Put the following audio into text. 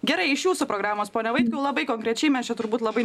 gerai iš jūsų programos pone vaitkau labai konkrečiai mes čia turbūt labai